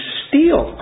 steal